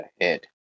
ahead